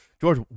George